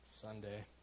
Sunday